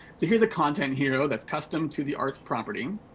so here's a content hero that's custom to the arts property.